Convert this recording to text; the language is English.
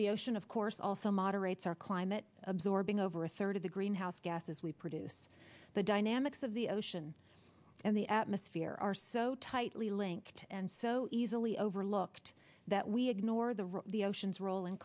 the ocean of course also moderates are climate absorbing over a third of the greenhouse gases we produce the dynamics of the ocean and the atmosphere are so tightly linked and so easily overlooked that we ignore the the oceans role